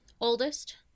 oldest